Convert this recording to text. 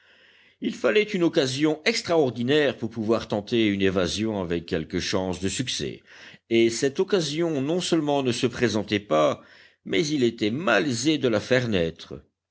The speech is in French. il fallait une occasion extraordinaire pour pouvoir tenter une évasion avec quelques chances de succès et cette occasion non seulement ne se présentait pas mais il était malaisé de la